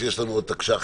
שיש לנו עוד תקש"חים.